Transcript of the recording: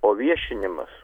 o viešinimas